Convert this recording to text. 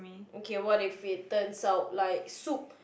okay what if it turns out like soup